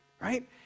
right